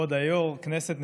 כבוד היו"ר, כנסת נכבדה,